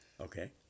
Okay